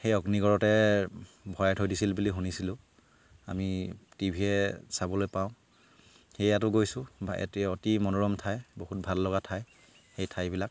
সেই অগ্নিগড়তে ভৰাই থৈ দিছিল বুলি শুনিছিলোঁ আমি টিভিয়ে চাবলৈ পাওঁ সেয়াতো গৈছোঁ অতি মনোৰম ঠাই বহুত ভাল লগা ঠাই সেই ঠাইবিলাক